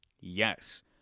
Yes